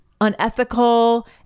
unethical